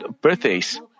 birthdays